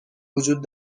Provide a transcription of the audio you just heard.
وجود